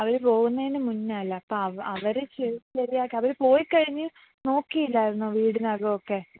അവർ പോകുന്നതിന് മുന്നേ അല്ല അപ്പം അവർ ശരിയാക്കാൻ അവർ പോയിക്കഴിഞ്ഞ് നോക്കിയില്ലായിരുന്നു വീടിനകം ഒക്കെ